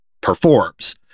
Performs